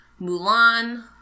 Mulan